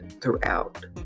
throughout